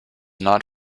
not